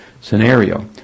scenario